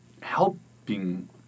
helping